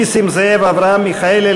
נסים זאב ואברהם מיכאלי,